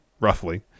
roughly